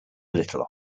little